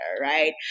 right